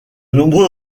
nombreux